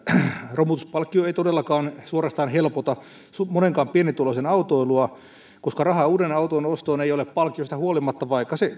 romutuspalkkio ei todellakaan suorastaan helpota monenkaan pienituloisen autoilua koska rahaa uuden auton ostoon ei ole palkkiosta huolimatta vaikka se